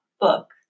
book